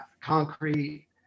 concrete